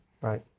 Right